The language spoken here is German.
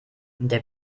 der